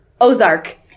Ozark